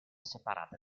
separate